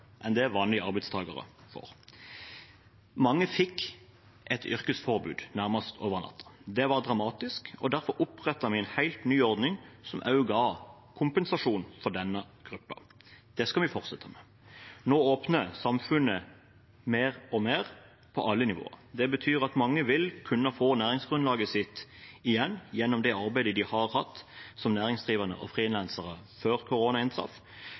enn det vanlige arbeidstakere får. Mange fikk et yrkesforbud nærmest over natten. Det var dramatisk, og derfor opprettet vi en helt ny ordning som også ga kompensasjon for denne gruppen. Det skal vi fortsette med. Nå åpner samfunnet mer og mer på alle nivåer. Det betyr at mange vil kunne få næringsgrunnlaget sitt igjen, gjennom det arbeidet de har hatt som næringsdrivende og frilansere før korona inntraff,